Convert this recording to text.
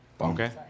Okay